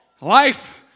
Life